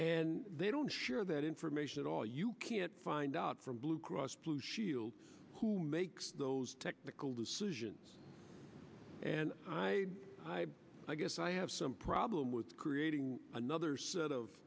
and they don't share that information at all you can't find out from blue cross blue shield who makes those technical decisions and i guess i have some problem with creating another set of